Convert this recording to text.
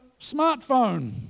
smartphone